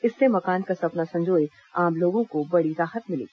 इससे मकान का सपना संजोए आम लोगों को बड़ी राहत मिलेगी